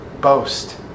boast